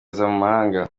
ikoranabuhanga